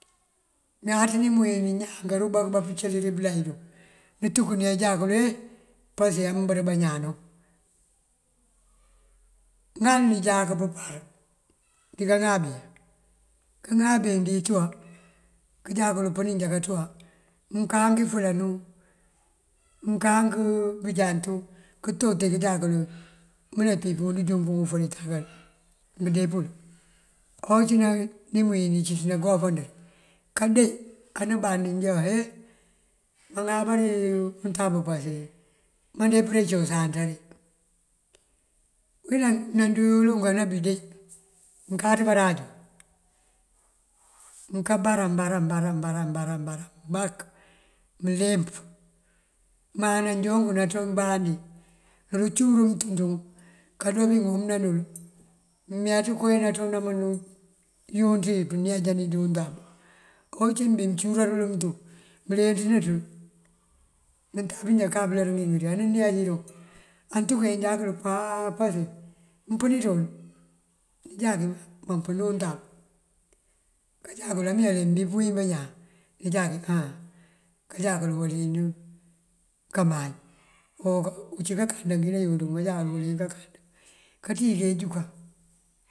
Ñaan ní mëwín, ñaan karubá këbá pëcëli dí balay run, nëntuk keenjá kul ee pase amber bañaano. Ŋal nënjáak pëmpar dí kaŋabe, kaŋabe ndí túwar, kënjá kël pëni jankee túwar mënkak ifarënu mënkank bënjant këntoti kënjá kël mëne pí púund júŋun ufëri takal nëndee pël. Oncí ní mëwíni cíţ nankuwabandi kandee anubá nënjáku ee maŋaba dí untab pase andee përe cosan nţari. Wí nanduwí lënk anadindee mënkáţ baranju? Mënká baran, baran, baran, baran, baran, baran mak mëleemp. Ma nanjonk nanţoŋ bandi nëncur mëntum ţum kandoon nëŋomëna nul. Imënţ koowí nanţoŋ namënţum yunt wí pëneejani ţí untab. Ocí bí mëmbí bí mëncurël mëtum mëlenţ ní ţël ngëtab njaa kabëlir ngí ti anëneej dun. Antukeenjá kul pawapu pace mëmpëni ţum nënjákin mampëni untab kanjákël amëwëla mëmbí kawín bañaan nënjákin aaŋ kanjákël uwëlin kamañ ocí kankanda kí nayunţú kun kanjákul wëlin kakanda kanţíj kënjúkan.